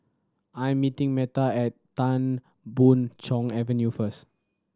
I'm meeting Meta at Tan Boon Chong Avenue first